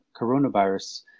coronavirus